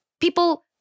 people